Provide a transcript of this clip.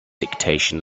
dictation